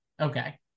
Okay